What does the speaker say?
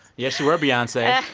yes, you were, beyonce